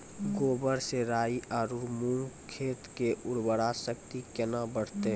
गोबर से राई आरु मूंग खेत के उर्वरा शक्ति केना बढते?